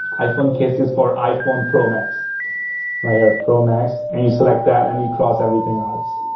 iphone cases for iphone promax right here, promax, and you select that and you cross everything else.